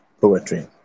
poetry